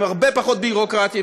עם הרבה פחות ביורוקרטיה,